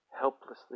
helplessly